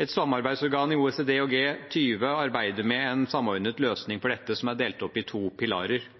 Et samarbeidsorgan i OECD og G20 arbeider med en samordnet løsning